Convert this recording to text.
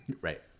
Right